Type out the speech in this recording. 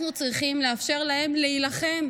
אנחנו צריכים לאפשר להם להילחם,